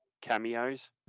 cameos